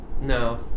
no